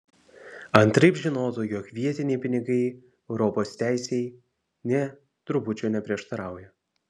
antraip žinotų jog vietiniai pinigai europos teisei nė trupučio neprieštarauja